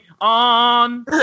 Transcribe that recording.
on